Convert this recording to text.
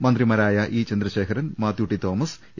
മന്ത്രിമാരായ E Chandrasekharan Mathew T Thomas A